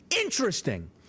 Interesting